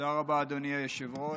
תודה רבה, אדוני היושב-ראש.